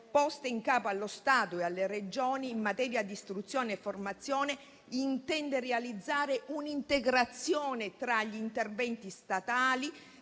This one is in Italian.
poste in capo allo Stato e alle Regioni in materia di istruzione e formazione, intende realizzare un'integrazione tra gli interventi statali